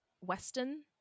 western